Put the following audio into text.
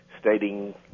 stating